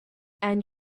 and